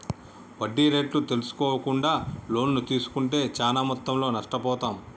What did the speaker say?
వడ్డీ రేట్లు తెల్సుకోకుండా లోన్లు తీస్కుంటే చానా మొత్తంలో నష్టపోతాం